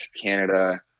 Canada